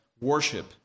worship